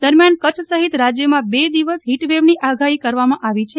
દરમિયાન કચ્છ સહિત રાજ્યમાં બે દિવસ હિટવેવની આગાહી કરવામાં આવી છે